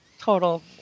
total